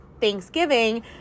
Thanksgiving